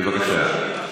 בבקשה.